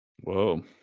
Whoa